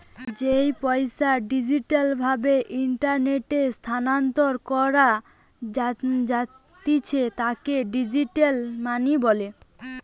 যেই পইসা ডিজিটাল ভাবে ইন্টারনেটে স্থানান্তর করা জাতিছে তাকে ডিজিটাল মানি বলে